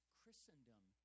Christendom